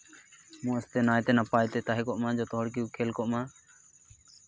ᱢᱚᱸᱡᱽ ᱛᱮ ᱱᱟᱭᱛᱮ ᱱᱟᱯᱟᱭ ᱛᱮ ᱛᱟᱦᱮᱸ ᱠᱚᱜ ᱢᱟ ᱡᱚᱛᱚ ᱦᱚᱲ ᱠᱚ ᱠᱷᱮᱞ ᱠᱚᱜ ᱢᱟ